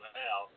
now